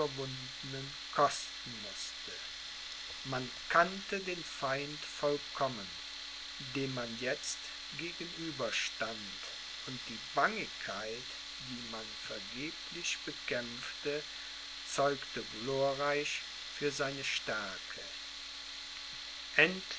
kosten mußte man kannte den feind vollkommen dem man jetzt gegenüber stand und die bangigkeit die man vergeblich bekämpfte zeugte glorreich für seine stärke